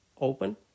open